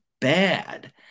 bad